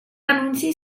anunci